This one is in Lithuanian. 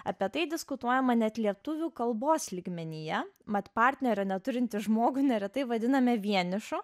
apie tai diskutuojama net lietuvių kalbos lygmenyje mat partnerio neturintį žmogų neretai vadiname vienišu